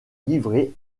livret